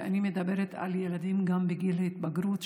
ואני מדברת על ילדים גם בגיל ההתבגרות,